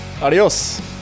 Adios